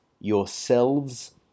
YOURSELVES